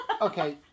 Okay